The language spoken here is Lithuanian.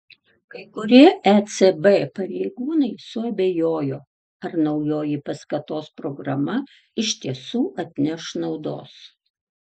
kai kurie ecb pareigūnai suabejojo ar naujoji paskatos programa iš tiesų atneš naudos